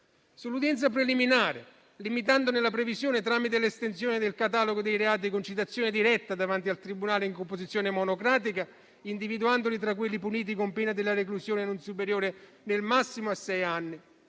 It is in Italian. sull'udienza preliminare limitandone la previsione tramite l'estensione del catalogo dei reati con citazione diretta davanti al tribunale in composizione monocratica, individuandoli tra quelli puniti con pena della reclusione non superiore, nel massimo, a sei anni,